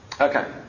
Okay